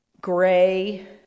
gray